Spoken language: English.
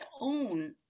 own